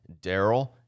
Daryl